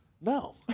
No